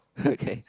okay